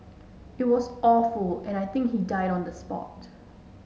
it was awful and I think he died on the spot